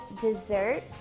dessert